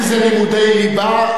אם זה לימודי ליבה,